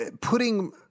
putting